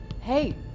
Hey